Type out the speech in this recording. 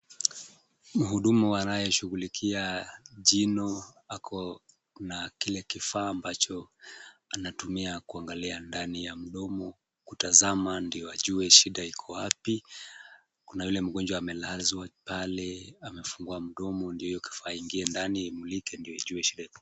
Mhudumu anayeshughulikia jino ako na kile kifaa ambacho anatumia kuangalia ndani ya mdomo kutazama ndio ajue shida iko wapi. Kuna yule mgonjwa amelazwa pale amefungua mdomo ndio hiyo kifaa iingie ndani imulike ndio ijue shida iko.